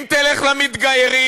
אם תלך למתגיירים,